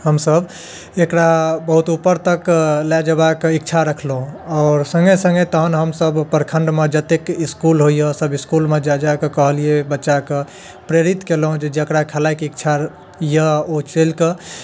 हमसभ एकरा बहुत ऊपर तक लै जयबाक इच्छा रखलहुँ आओर सङ्गे सङ्गे तहन हमसभ प्रखण्डमे जतेक इसकूल होइए सभ इसकूलमे जाय जाय कऽ कहलियै बच्चा कऽ प्रेरित कयलहुँ कि जकरा खेलाइके इच्छा यऽ ओ चलि कऽ